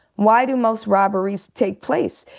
why do most robberies take place?